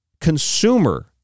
consumer